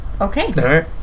Okay